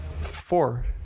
four